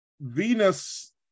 Venus